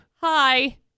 hi